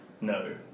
No